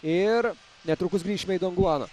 ir netrukus grįšime į donguaną